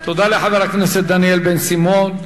תודה לחבר הכנסת דניאל בן-סימון.